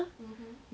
mmhmm